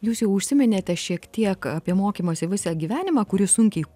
jūs jau užsiminėte šiek tiek apie mokymosi visą gyvenimą kuris sunkiai